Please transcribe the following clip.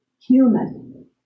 human